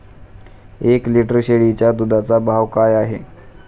एक लिटर शेळीच्या दुधाचा भाव काय आहे?